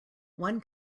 one